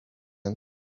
said